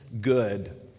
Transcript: good